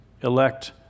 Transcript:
elect